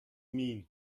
mean